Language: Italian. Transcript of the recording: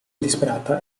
disperata